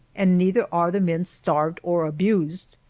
and neither are the men starved or abused,